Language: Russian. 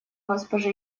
госпоже